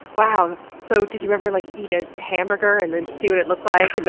wow! so, did you ever, like, eat a hamburger and then see what it looked like